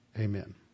Amen